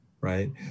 right